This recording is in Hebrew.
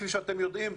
כפי שאתם יודעים,